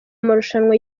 amarushanwa